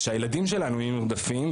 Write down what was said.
ושהילדים שלנו יהיו נרדפים,